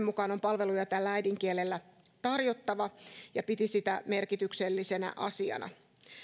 mukaan on palveluja tällä äidinkielellä tarjottava ja piti sitä merkityksellisenä asiana